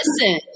listen